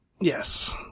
Yes